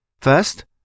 First